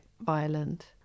violent